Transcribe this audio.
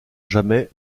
jamais